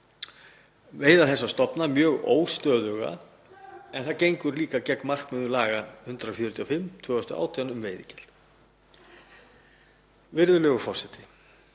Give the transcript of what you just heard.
veiða þessa stofna mjög óstöðugt en það gengur líka gegn markmiðum laga nr. 145/2018, um veiðigjald. Virðulegur forseti.